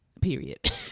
period